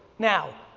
now,